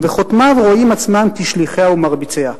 וחותמיו רואים עצמם כשליחיה ומרביציה.